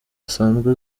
asanzwe